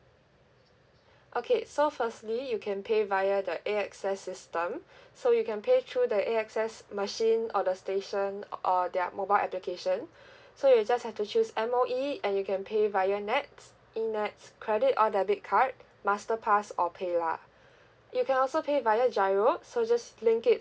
okay so firstly you can pay via the A_X_S system so you can pay through the A_X_S machine or the station or or their mobile application so you just have to choose M_O_E and you can pay via NETS E_N_E_T_S credit or debit card masterpass or paylah you can also pay via GIRO so just link it